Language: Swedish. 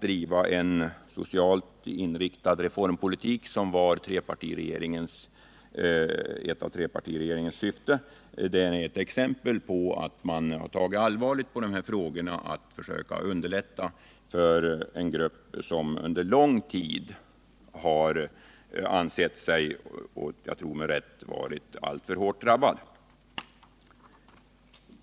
den socialt inriktade reformpolitik som var ett av trepartiregeringens syften, visar att regeringen tagit allvarligt på frågan om att försöka underlätta för en grupp som under lång tid med rätta har ansett sig vara alltför hårt drabbad.